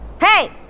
Hey